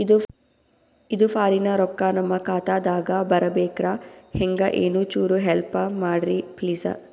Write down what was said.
ಇದು ಫಾರಿನ ರೊಕ್ಕ ನಮ್ಮ ಖಾತಾ ದಾಗ ಬರಬೆಕ್ರ, ಹೆಂಗ ಏನು ಚುರು ಹೆಲ್ಪ ಮಾಡ್ರಿ ಪ್ಲಿಸ?